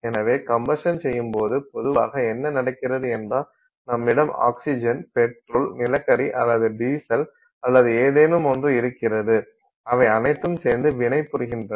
எனவே கம்பசன் செய்யும்போது பொதுவாக என்ன நடக்கிறது என்றால் நம்மிடம் ஆக்ஸிஜன் பெட்ரோல் நிலக்கரி அல்லது டீசல் அல்லது ஏதேனும் ஒன்று இருக்கிறது அவை அனைத்தும் சேர்ந்து வினைபுரிகின்றன